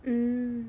mm